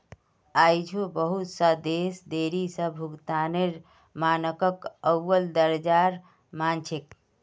आई झो बहुत स देश देरी स भुगतानेर मानकक अव्वल दर्जार मान छेक